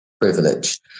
privilege